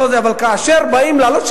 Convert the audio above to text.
אבל כאשר באים להעלות,